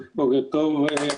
בוקר טוב.